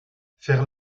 faire